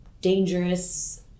dangerous